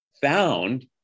found